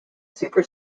super